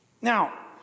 Now